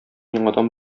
яңадан